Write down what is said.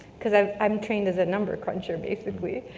cause i'm i'm trained as a number cruncher basically.